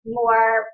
more